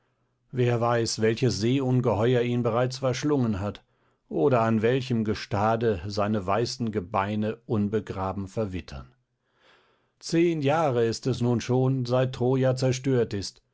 wer weiß welches seeungeheuer ihn bereits verschlungen hat oder an welchem gestade seine weißen gebeine unbegraben verwittern zehn jahre ist es nun schon seit troja zerstört ist